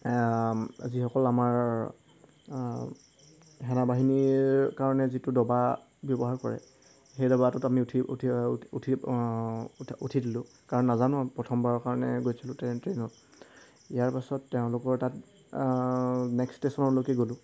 যিসকল আমাৰ সেনাবাহিনীৰ কাৰণে যিটো ডবা ব্যৱহাৰ কৰে সেই ডবাটোত আমি উঠি উঠি উঠি উঠা উঠি দিলোঁ কাৰণ নাজানো প্ৰথমবাৰৰ কাৰণে গৈছিলোঁ ট্ৰেইনত ইয়াৰ পাছত তেওঁলোকৰ তাত নেক্সট ষ্টেশ্যনলৈকে গ'লোঁ